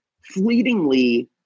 fleetingly